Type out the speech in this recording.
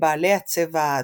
לבעלי הצבע האדום.